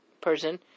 person